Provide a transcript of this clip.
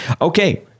Okay